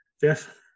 Jeff